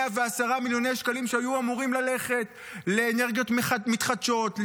110 מיליוני שקלים שהיו אמורים ללכת לאנרגיות מתחדשות,